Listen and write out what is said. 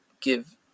give